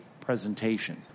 presentation